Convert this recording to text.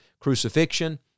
crucifixion